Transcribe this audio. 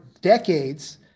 decades